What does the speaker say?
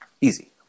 Easy